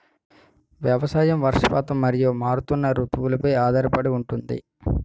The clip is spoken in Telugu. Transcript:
వ్యవసాయం వర్షపాతం మరియు మారుతున్న రుతువులపై ఆధారపడి ఉంటుంది